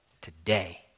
today